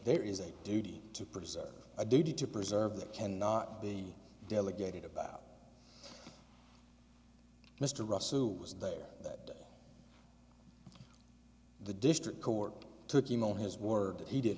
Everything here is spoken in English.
there is a duty to preserve a duty to preserve that cannot be delegated about mr russell was there that the district court took him over his word that he did